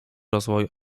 rozwoju